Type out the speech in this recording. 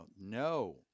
no